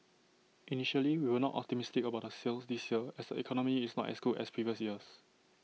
initially we were not optimistic about the sales this year as the economy is not as good as previous years